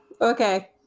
Okay